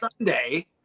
Sunday